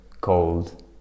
cold